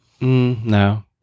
No